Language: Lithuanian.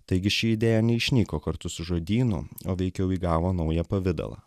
taigi ši idėja neišnyko kartu su žodynu o veikiau įgavo naują pavidalą